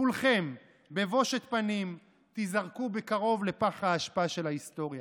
כולכם בבושת פנים תיזרקו בקרוב לפח האשפה של ההיסטוריה.